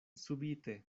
subite